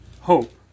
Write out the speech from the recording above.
hope